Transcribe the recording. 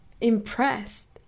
impressed